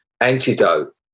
antidote